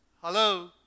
Hello